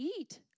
eat